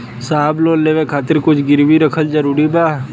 साहब लोन लेवे खातिर कुछ गिरवी रखल जरूरी बा?